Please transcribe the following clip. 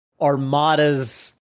Armada's